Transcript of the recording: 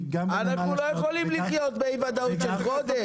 --- אנחנו לא יכולים לחיות באי ודאות של חודש.